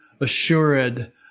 assured